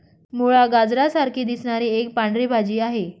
मुळा, गाजरा सारखी दिसणारी एक पांढरी भाजी आहे